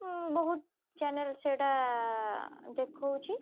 ବହୁତ ଚ୍ୟାନେଲ୍ ସେଇଟା ଦେଖାଉଛି